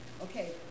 Okay